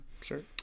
Sure